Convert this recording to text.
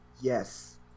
Yes